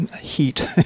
heat